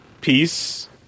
Peace